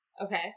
Okay